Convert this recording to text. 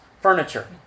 furniture